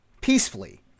Peacefully